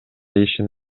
ишин